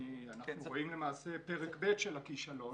ואנחנו רואים למעשה פרק ב' של הכישלון,